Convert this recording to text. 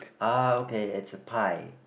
ah okay it's a pie